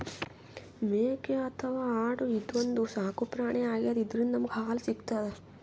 ಮೇಕೆ ಅಥವಾ ಆಡು ಇದೊಂದ್ ಸಾಕುಪ್ರಾಣಿ ಆಗ್ಯಾದ ಇದ್ರಿಂದ್ ನಮ್ಗ್ ಹಾಲ್ ಸಿಗ್ತದ್